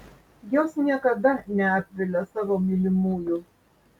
jos niekada neapvilia savo mylimųjų